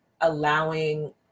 allowing